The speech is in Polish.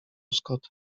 scott